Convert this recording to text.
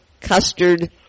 custard